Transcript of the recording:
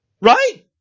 right